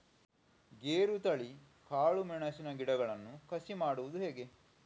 ಗೇರುತಳಿ, ಕಾಳು ಮೆಣಸಿನ ಗಿಡಗಳನ್ನು ಕಸಿ ಮಾಡುವುದು ಹೇಗೆ?